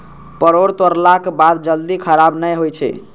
परोर तोड़लाक बाद जल्दी खराब नहि होइ छै